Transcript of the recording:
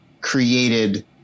created